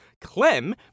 Clem